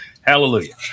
hallelujah